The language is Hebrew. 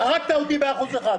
הרגת אותי באחוז הזה.